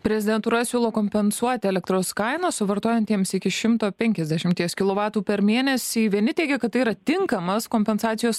prezidentūra siūlo kompensuoti elektros kaina suvartojantiems iki šimto penkiasdešimties kilovatų per mėnesį vieni teigia kad tai yra tinkamas kompensacijos